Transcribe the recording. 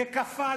וכפה,